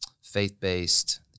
faith-based